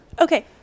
Okay